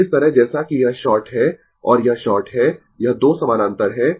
और इस तरह जैसा कि यह शॉर्ट है और यह शॉर्ट है यह 2 समानांतर है